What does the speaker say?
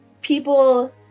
people